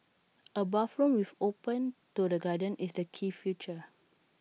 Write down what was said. A bathroom which opens to the garden is the key feature